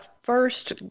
first